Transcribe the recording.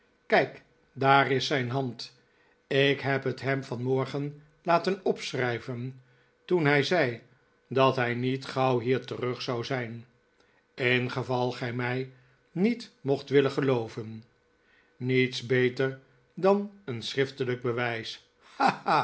tcijk daar is zijn hand ik heb het hem vanmorgen laten opschrijven toen hij zei dat hij niet gauw hier terug zou zijn ingeval gij mij niet mocht willen gelooven niets beter dan een schriftelijk bewijs